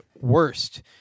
worst